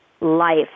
life